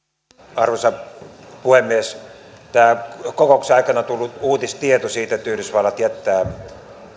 arvoisa puhemies tämä kokouksen aikana tullut uutistieto siitä että yhdysvallat